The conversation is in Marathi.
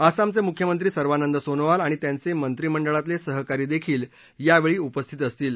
आसामचे मुख्यमंत्री सर्वानंद सोनोवाल आणि त्यांचे मंत्रिमंडळातले सहकारी देखील यावेळी उपस्थित असतील